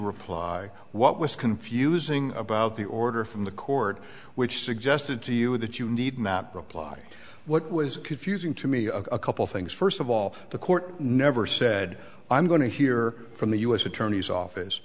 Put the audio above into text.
reply what was confusing about the order from the court which suggested to you that you need map reply what was confusing to me a couple things first of all the court never said i'm going to hear from the u s attorney's office